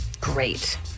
Great